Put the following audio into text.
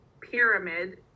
pyramid